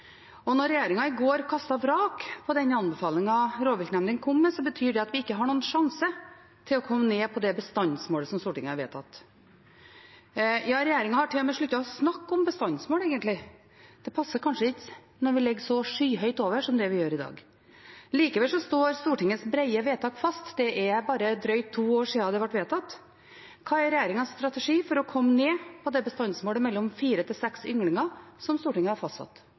ikke når vi ligger så skyhøyt over som det vi gjør i dag. Likevel står Stortingets brede vedtak fast. Det er bare drøyt to år siden det ble fattet. Hva er regjeringens strategi for å komme ned på det bestandsmålet på mellom fire og seks ynglinger som Stortinget har fastsatt?